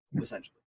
essentially